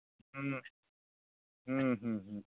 ᱦᱩᱸ ᱦᱩᱸ ᱦᱩᱸ ᱦᱩᱸ